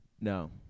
No